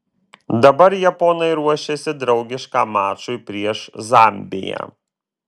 dabar japonai ruošiasi draugiškam mačui prieš zambiją